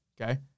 okay